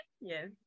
Yes